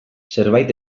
zerbait